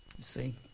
see